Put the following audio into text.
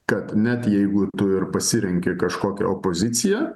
kad net jeigu ir tu ir pasirenki kažkokią opoziciją